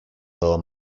lower